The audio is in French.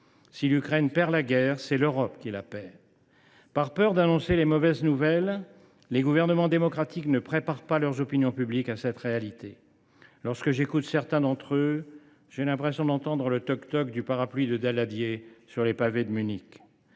Si l’Ukraine perd la guerre, c’est l’Europe qui la perd. Par peur d’annoncer de mauvaises nouvelles, les gouvernements démocratiques ne préparent pas leurs opinions publiques à cette réalité. Lorsque j’écoute certains d’entre eux, j’ai l’impression d’entendre le toc toc du parapluie de Daladier sur les pavés de Munich.